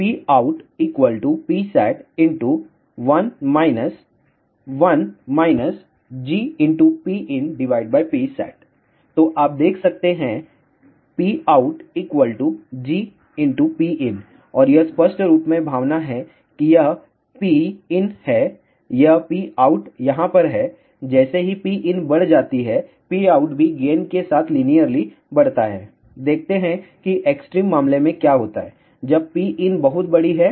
तो आपदेख सकते हैं PoutGPin और यह स्पष्ट रूप में भावना है कि यह पी Pin है यह Pout यहाँ पर है जैसे ही Pin बढ़ जाती है Pout भी गेन के साथ लीनियरली बढ़ता है देखते हैं कि एक्सट्रीम मामले में क्या होता है जब Pin बहुत बड़ी है